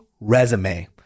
resume